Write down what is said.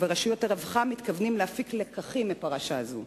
ורשויות הרווחה מתכוונים להפיק לקחים מפרשה זו?